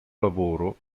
lavoro